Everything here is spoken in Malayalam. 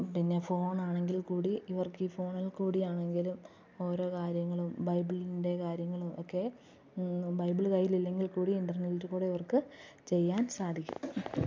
പിന്നെ ഫോണാണെങ്കില്ക്കൂടി ഇവര്ക്ക് ഈ ഫോണില്കൂടി ആണെങ്കിലും ഓരോ കാര്യങ്ങളും ബൈബിളിന്റെ കാര്യങ്ങളും ഒക്കെ ബൈബിള് കയ്യിലില്ലെങ്കില്ക്കൂടി ഇന്റര്നെറ്റിൽക്കൂടി ഇവര്ക്ക് ചെയ്യാന് സാധിക്കും